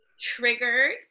triggered